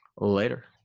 later